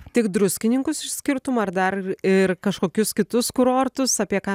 tik druskininkus išskirtum ar dar ir kažkokius kitus kurortus apie ką